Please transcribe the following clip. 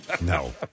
no